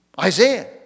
Isaiah